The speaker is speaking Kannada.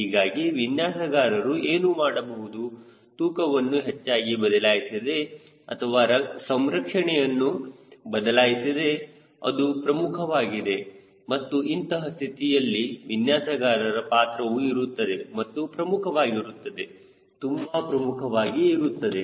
ಹೀಗಾಗಿ ವಿನ್ಯಾಸಗಾರರು ಏನು ಮಾಡಬಹುದು ತೂಕವನ್ನು ಹೆಚ್ಚಾಗಿ ಬದಲಾಯಿಸಿದೆ ಅಥವಾ ಸಂರಕ್ಷಣೆಯನ್ನು ಬದಲಾಯಿಸದೆ ಅದು ಪ್ರಮುಖವಾಗಿದೆ ಮತ್ತು ಇಂತಹ ಸ್ಥಿತಿಯಲ್ಲಿ ವಿನ್ಯಾಸಗಾರರ ಪಾತ್ರವು ಇರುತ್ತದೆ ಮತ್ತು ಪ್ರಮುಖವಾಗಿರುತ್ತದೆ ತುಂಬಾ ಪ್ರಮುಖವಾಗಿ ಇರುತ್ತದೆ